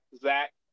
Zach